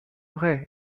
vrai